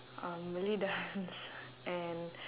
um malay dance and